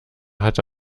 hatte